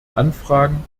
anfragen